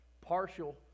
Partial